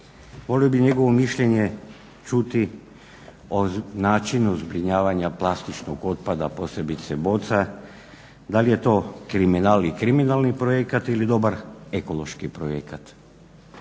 molio bih njegovo mišljenje čuti o načinu zbrinjavanja plastičnog otpada, posebice boca, da li je to kriminal i kriminalni projekt ili dobar ekološki projekt,